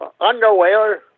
underwear